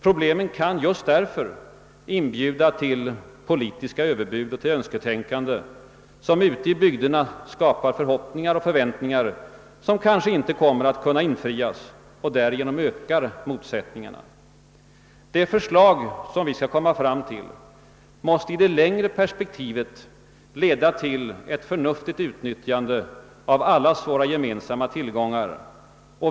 Problemet kan just därför inbjuda till politiska överbud och till önsketänkande som ute i bygderna skapar förhoppningar och förväntningar vilka kanske inte kan infrias och därigenom ökar motsättningarna. De förslag vi skall komma fram till måste i det längre perspektivet leda till ett förnuftigt utnyttjande av våra gemensamma tillgångar.